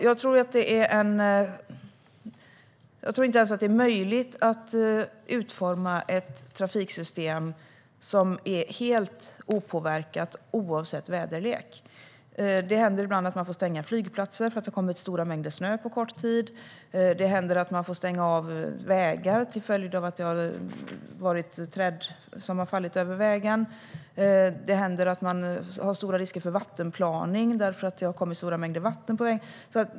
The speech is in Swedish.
Jag tror inte att det är möjligt att utforma ett trafiksystem som förblir helt opåverkat oavsett väderlek. Flygplatser måste ibland stängas därför att det kommit stora mängder snö på kort tid. Man måste ibland stänga av vägar till följd av nedfallna träd. Det händer att risken för vattenplaning ökar på grund av stora mängder vatten på vägen.